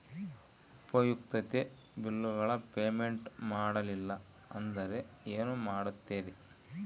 ಉಪಯುಕ್ತತೆ ಬಿಲ್ಲುಗಳ ಪೇಮೆಂಟ್ ಮಾಡಲಿಲ್ಲ ಅಂದರೆ ಏನು ಮಾಡುತ್ತೇರಿ?